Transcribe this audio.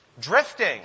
drifting